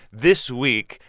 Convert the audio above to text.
this week,